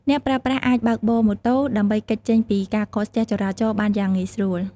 អ្នកប្រើប្រាស់អាចបើកបរម៉ូតូ ដើម្បីគេចចេញពីការកកស្ទះចរាចរណ៍បានយ៉ាងងាយស្រួល។